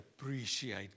appreciate